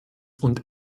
und